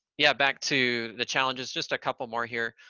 yeah, back to the challenges. just a couple more here.